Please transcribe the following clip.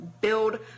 build